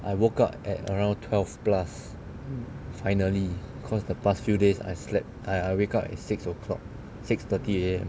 I woke up at around twelve plus finally because the past few days I slept I wake up at six o'clock six thirty A_M